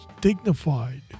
dignified